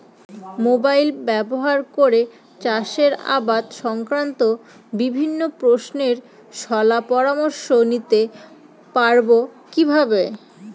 Mobile ব্যাবহার করে চাষের আবাদ সংক্রান্ত বিভিন্ন প্রশ্নের শলা পরামর্শ নিতে পারবো কিভাবে?